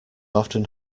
often